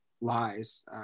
lies